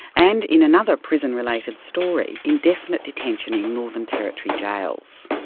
and in another prison-related story, indefinite detention in northern territory jails.